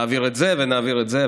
נעביר את זה ונעביר את זה,